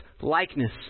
likeness